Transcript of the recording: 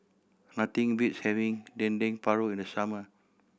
nothing beats having Dendeng Paru in the summer